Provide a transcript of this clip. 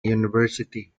university